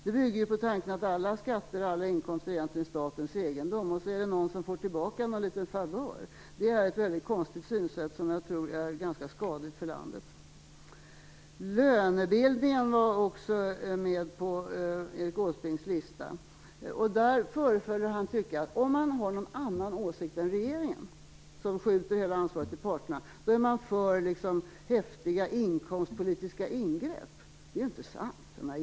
Det bygger på tanken att alla skatter och inkomster egentligen är statens egendom och sedan är det någon som får tillbaka någon liten favör. Det är ett väldigt konstigt synsätt som nog är ganska skadligt för landet. Lönebildningen var också med på Erik Åsbrinks lista. Där förefaller han att tycka att om man har någon annan åsikt än regeringen - som skjuter över hela ansvaret på parterna - då är man för häftiga inkomstpolitiska ingrepp. Det är ju inte sant.